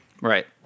Right